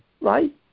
right